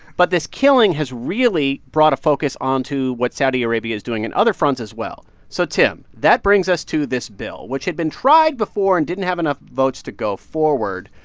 but this killing has really brought a focus onto what saudi arabia is doing in other fronts, as well. so, tim, that brings us to this bill, which had been tried before and didn't have enough votes to go forward.